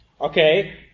okay